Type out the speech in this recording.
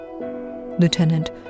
Lieutenant